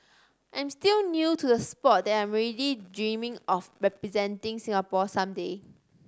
I am still new to the sport that I am already dreaming of representing Singapore some day